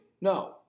No